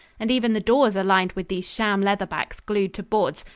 and even the doors are lined with these sham leather backs glued to boards,